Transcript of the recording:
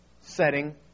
setting